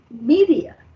media